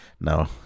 No